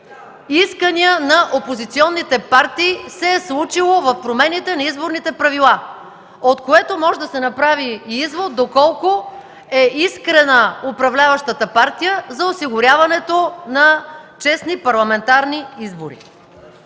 искания на опозиционните партии се е случило в промените на изборните правила, от което може да се направи извод доколко е искрена управляващата партия за осигуряването на честни парламентарни избори.